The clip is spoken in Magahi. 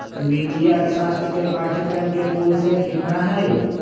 वित्तीय अर्थशास्त्र के पाठ्यक्रम के कुल श्रेय कितना हई?